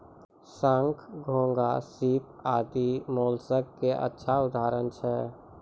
शंख, घोंघा, सीप आदि मोलस्क के अच्छा उदाहरण छै